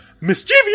Mischievous